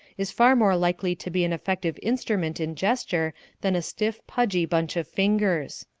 is far more likely to be an effective instrument in gesture than a stiff, pudgy bunch of fingers.